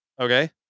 Okay